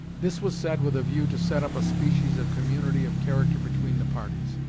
this was said with a view to set up a species of community of character between the parties,